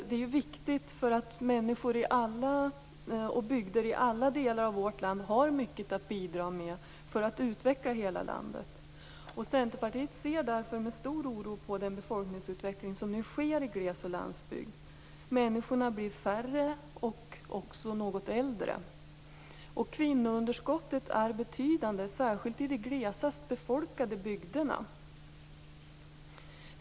Det är viktigt därför att människor och bygder i alla delar av vårt land har mycket att bidra med för att utveckla hela landet. Centerpartiet ser därför med stor oro på den befolkningsutveckling som nu sker i glesoch landsbygd. Människorna blir färre och också något äldre. Kvinnounderskottet är betydande, särskilt i de glesast befolkade bygderna.